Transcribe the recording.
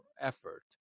effort